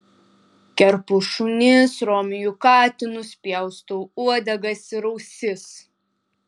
kerpu šunis romiju katinus pjaustau uodegas ir ausis